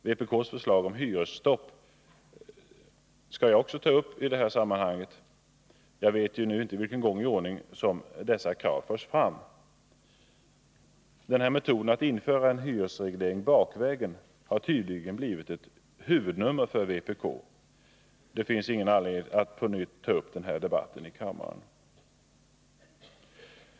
Vpk:s förslag om ett hyresstopp skall jag också ta upp i det här sammanhanget — jag vet nu inte för vilken gång i ordningen som detta krav förs fram. Metoden att införa en hyresreglering bakvägen har tydligen blivit ett huvudnummer för vpk. Det finns ingen anledning att på nytt ta upp debatten om detta i kammaren.